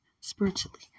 spiritually